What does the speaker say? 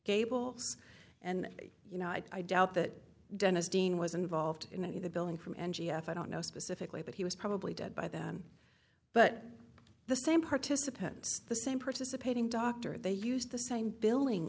gable and you know i doubt that dennis dean was involved in any of the billing from n g s i don't know specifically but he was probably dead by then but the same participants the same participating doctor they used the same billing